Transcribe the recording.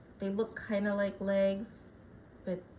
they look kind of like legs but